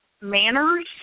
manners